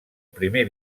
primer